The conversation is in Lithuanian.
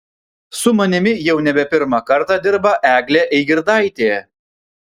su manimi jau nebe pirmą kartą dirba eglė eigirdaitė